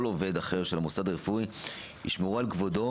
כל עובד אחר של המוסד הרפואי ישמרו על כבודו